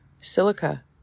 silica